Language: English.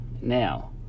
now